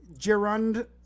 Gerund